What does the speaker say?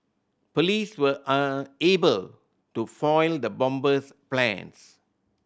police were unable to foil the bomber's plans